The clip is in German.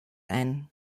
ein